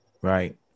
right